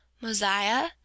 Mosiah